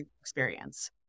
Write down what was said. experience